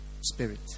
spirit